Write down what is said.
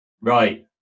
right